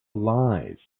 lies